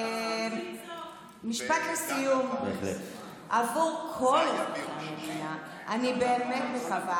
משפט לסיום: עבור כל המדינה אני באמת מקווה